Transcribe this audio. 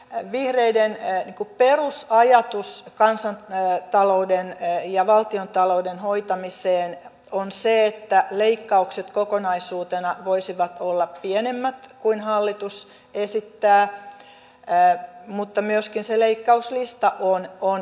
vihreiden perusajatus kansantalouden ja valtiontalouden hoitamiseen on se että leikkaukset kokonaisuutena voisivat olla pienemmät kuin hallitus esittää mutta myöskin se leikkauslista on netissä